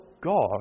God